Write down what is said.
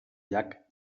llac